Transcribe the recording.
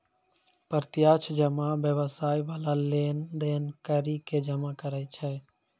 प्रत्यक्ष जमा व्यवसाय बाला लेन देन करि के जमा करै छै